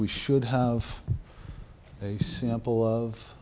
we should have a sample of